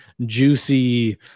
juicy